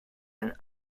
and